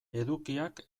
edukiak